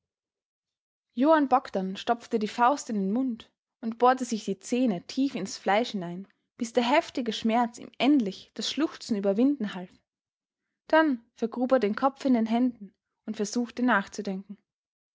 johann bogdn stopfte die faust in den mund und bohrte sich die zähne tief ins fleisch hinein bis der heftige schmerz ihm endlich das schluchzen überwinden half dann vergrub er den kopf in den händen und versuchte nachzudenken